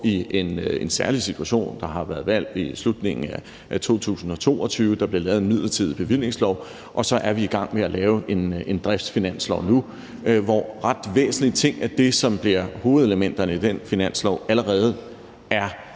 i en særlig situation. Der har været valg i slutningen af 2022, der blev lavet en midlertidig bevillingslov, og så er vi i gang med at lave en driftsfinanslov nu, hvor ret væsentlige ting af det, som bliver hovedelementerne i den finanslov, allerede er